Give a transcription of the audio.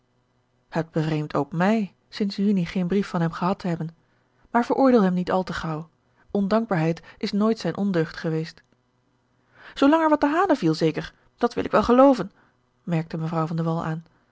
het bevreemdt ook mij sinds junij geen brief van hem gehad te hebben maar veroordeel hem niet al te gaauw ondankbaarheid is nooit zijne ondeugd geweest zoolang er wat te halen viel zeker dat wil ik wel gelooven merkte mevrouw van